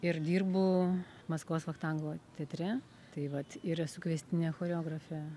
ir dirbu maskvos vachtangovo teatre tai vat ir esu kviestinė choreografė